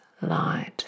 light